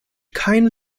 keine